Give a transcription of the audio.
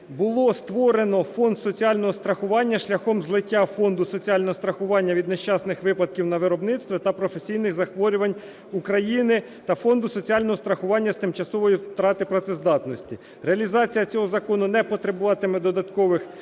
було створено Фонд соціального страхування шляхом злиттям Фонду соціального страхування від нещасних випадків на виробництві та професійних захворювань України та Фонду соціального страхування з тимчасової втрати працездатності. Реалізація цього закону не потребуватиме додаткових